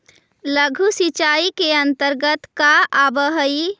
लघु सिंचाई के अंतर्गत का आव हइ?